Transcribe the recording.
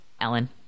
Ellen